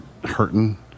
hurting